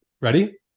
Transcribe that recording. Ready